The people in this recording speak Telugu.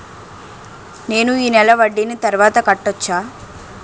నేను ఈ నెల వడ్డీని తర్వాత కట్టచా?